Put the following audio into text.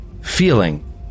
feeling